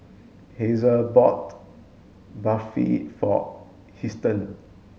Hazel bought Barfi for Huston